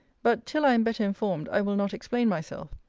but, till i am better informed, i will not explain myself.